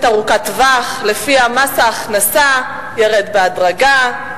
ארוכת טווח שלפיה מס ההכנסה ירד בהדרגה.